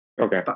Okay